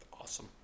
Awesome